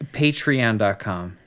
patreon.com